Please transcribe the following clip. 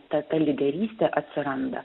ta ta lyderystė atsiranda